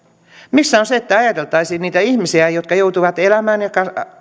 missä on se että ajateltaisiin niitä ihmisiä jotka joutuvat elämään ja